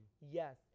yes